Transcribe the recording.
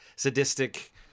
sadistic